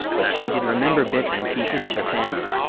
but she did remember bits and pieces of her family.